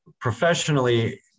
Professionally